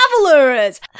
travelers